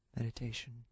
Meditation